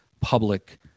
public